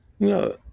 No